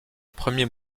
premier